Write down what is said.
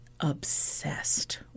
obsessed